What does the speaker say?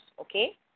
okay